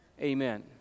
Amen